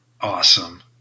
Awesome